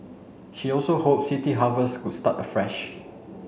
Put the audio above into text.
she also hoped City Harvest could start afresh